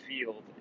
field